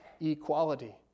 equality